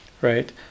right